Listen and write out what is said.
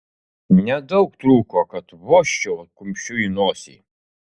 nedaug trūko kad vožčiau kumščiu į nosį